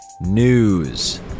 news